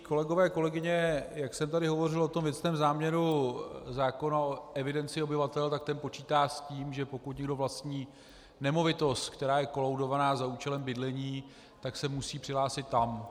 Kolegyně, kolegové, jak jsem tady hovořil o jistém záměru zákona o evidenci obyvatel, tak ten počítá s tím, že pokud někdo vlastní nemovitost, která je kolaudovaná za účelem bydlení, tak se musí přihlásit tam.